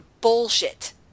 bullshit